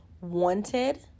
wanted